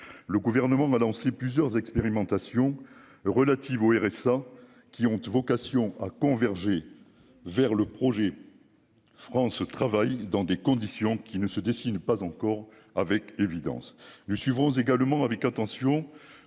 le gouvernement va lancer plusieurs expérimentations relatives au RSA qui ont vocation à converger vers le projet France dans des conditions qui ne se dessine pas encore avec évidence ne suivront également avec attention